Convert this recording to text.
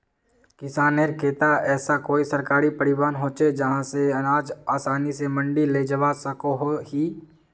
किसानेर केते ऐसा कोई सरकारी परिवहन होचे जहा से अनाज आसानी से मंडी लेजवा सकोहो ही?